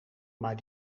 maar